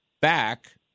back